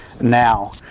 now